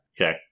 Okay